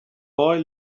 boy